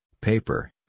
paper